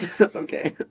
Okay